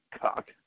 cock